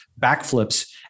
backflips